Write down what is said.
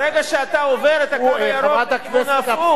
ברגע שאתה עובר את "הקו הירוק" לכיוון ההפוך,